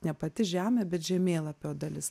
ne pati žemė bet žemėlapio dalis